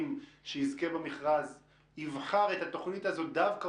שיזכה במכרז יבחר את התוכנית הזאת דווקא,